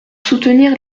soutenir